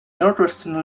northwesterly